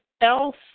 Else